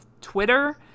Twitter